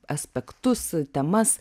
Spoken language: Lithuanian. aspektus temas